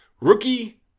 rookie